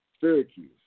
Syracuse